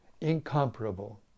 incomparable